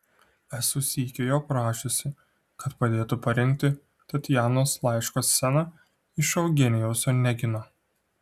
esu sykį jo prašiusi kad padėtų parengti tatjanos laiško sceną iš eugenijaus onegino